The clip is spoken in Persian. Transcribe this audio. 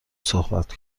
صحبت